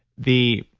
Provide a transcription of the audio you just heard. the